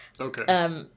Okay